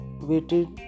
waited